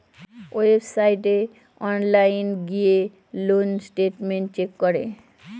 ওয়েবসাইটে অনলাইন গিয়ে loan statement check করে